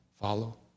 follow